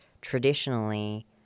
traditionally